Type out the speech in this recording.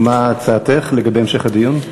ומה הצעתך לגבי המשך הדיון?